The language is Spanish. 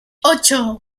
ocho